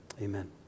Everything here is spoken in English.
Amen